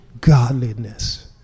godliness